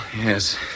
yes